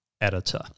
editor